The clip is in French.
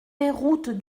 route